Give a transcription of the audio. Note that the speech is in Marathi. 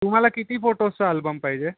तुम्हाला किती फोटोजचा अल्बम पाहिजे